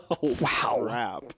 wow